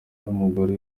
n’umugore